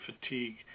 fatigue